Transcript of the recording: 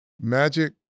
Magic